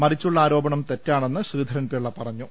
മറിച്ചുള്ള ആരോപണം തെറ്റാണെന്ന് ശ്രീധരൻ പിള്ള പറഞ്ഞു